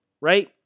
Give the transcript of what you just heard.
right